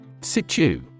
Situ